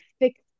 fix